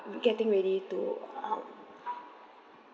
I'm getting ready to um